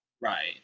Right